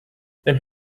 then